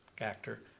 actor